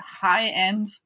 high-end